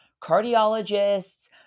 cardiologists